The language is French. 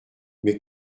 mais